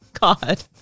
God